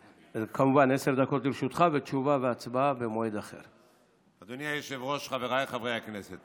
התרבות והספורט בעקבות דיון מהיר בהצעתם של חברי הכנסת